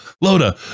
Loda